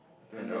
handle